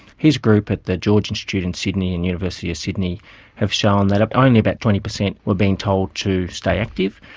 his group at the george institute in sydney and university of sydney have shown that only about twenty percent were being told to stay active,